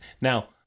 Now